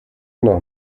noch